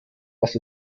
was